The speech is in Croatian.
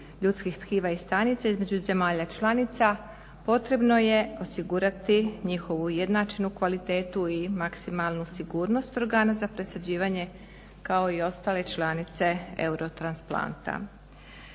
ljudskih tkiva i stanica između zemalja članica potrebno je osigurati njihovu jednačenu kvalitetu i maksimalnu sigurnost organa za presađivanje, kao i ostale članice euro transplanta.